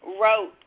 wrote